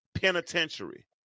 penitentiary